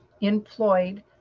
employed